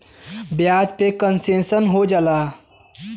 ब्याज पे कन्सेसन हो जाला